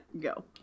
go